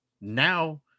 Now